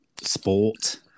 sport